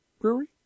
Brewery